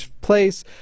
place